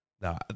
No